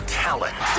talent